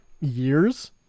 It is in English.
years